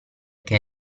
che